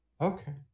Okay